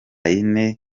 yine